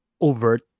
overt